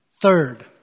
Third